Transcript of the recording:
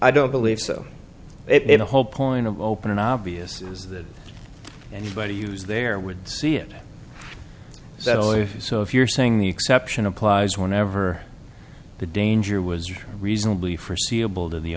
i don't believe so it a whole point of open obvious is that anybody use their would see it so if you so if you're saying the exception applies whenever the danger was reasonably